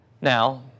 Now